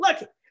look